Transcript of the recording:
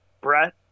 Brett